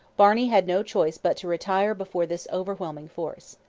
barney had no choice but to retire before this overwhelming force.